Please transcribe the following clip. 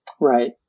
Right